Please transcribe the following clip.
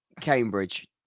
Cambridge